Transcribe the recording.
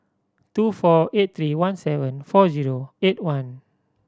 two four eight three one seven four zero eight one